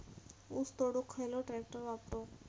ऊस तोडुक खयलो ट्रॅक्टर वापरू?